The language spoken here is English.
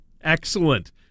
Excellent